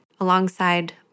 alongside